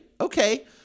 Okay